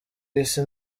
isi